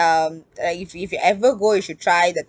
um uh if you if you ever go you should try the